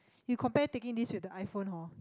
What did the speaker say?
you compare taking this with the iPhone horn